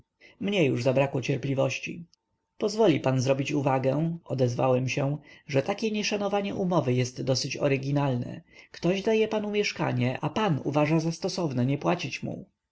mnie już zabrakło cierpliwości pozwoli pan zrobić uwagę odezwałem się że takie nieszanowanie umowy jest dosyć oryginalne ktoś daje panu mieszkanie a pan uważa za stosowne nie płacić mu